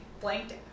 Blanked